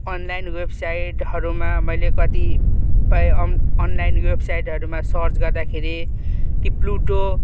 online वेबसाइटहरूमा मैले कतिपय अनलाइन वेबसाइटहरूमा सर्च गर्दाखेरि ती प्लुटो